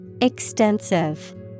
Extensive